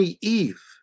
Eve